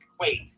wait